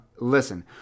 Listen